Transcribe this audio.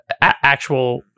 actual